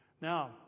Now